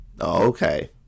okay